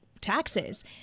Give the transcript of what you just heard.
taxes